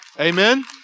Amen